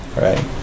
Right